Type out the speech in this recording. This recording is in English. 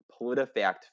politifact